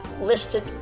listed